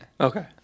Okay